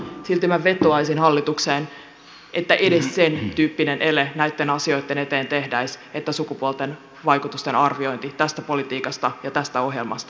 silti minä vetoaisin hallitukseen että edes sen tyyppinen ele näitten asioitten eteen tehtäisiin että sukupuolivaikutusten arviointi tästä politiikasta ja tästä ohjelmasta tehtäisiin